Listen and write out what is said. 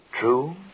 True